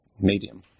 medium